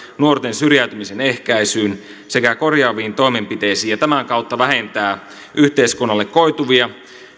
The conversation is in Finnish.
nuorten syrjäytymisen ehkäisyyn sekä korjaaviin toimenpiteisiin ja tämän kautta vähentää yhteiskunnalle koituvia